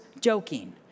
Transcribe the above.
joking